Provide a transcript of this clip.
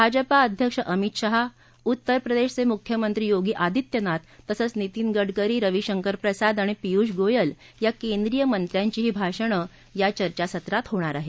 भाजपा अध्यक्ष अमित शहा उत्तर प्रदेशचे मुख्यमंत्री योगी अदित्यनाथ तसंच नितीन गडकरी रवी शंकर प्रसाद आणि पियुष गोयल या केंद्रीय मंत्र्यांचीही भाषणं या चर्चासत्रात होणार आहेत